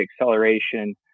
acceleration